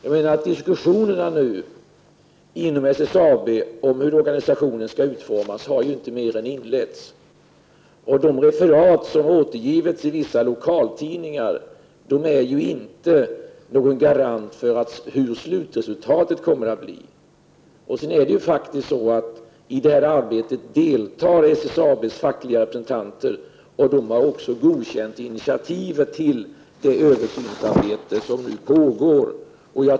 De diskussioner som nu förs inom SSAB om hur organisationen skall utformas har ju inte mer äninletts. De referat som har återgivits i vissa lokaltidningar utgör inte någon garanti för hur slutresultatet kommer att bli. SSAB:s fackliga representanter deltar i det här arbetet, och de har också godkänt initiativet till det översynsarbete som nu pågår.